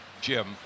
Jim